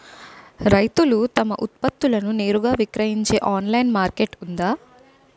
రైతులు తమ ఉత్పత్తులను నేరుగా విక్రయించే ఆన్లైన్ మార్కెట్ ఉందా?